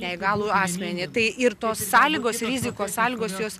neįgalų asmenį tai ir tos sąlygos rizikos sąlygos jos